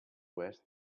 west